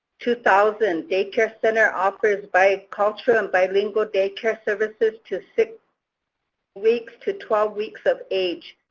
two thousand, day care center offers bi-cultural and bi-lingual day care services to six weeks to twelve weeks of age.